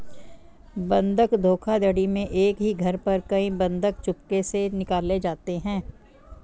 बंधक धोखाधड़ी में एक ही घर पर कई बंधक चुपके से निकाले जाते हैं